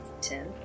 Ten